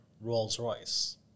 Rolls-Royce